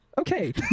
Okay